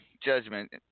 judgment